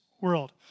world